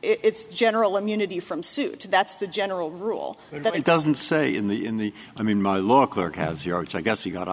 it's general immunity from suit that's the general rule that it doesn't say in the in the i mean my law clerk has yards i guess he got out